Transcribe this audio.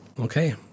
Okay